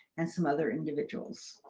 and some other individuals.